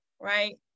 right